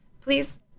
Please